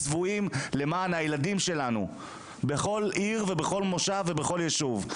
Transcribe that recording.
למען הילדים שלנו בכל עיר ובכל מושב ובכל יישוב,